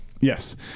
Yes